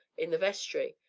in the vestry.